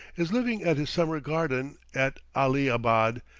is living at his summer-garden at ali-abad,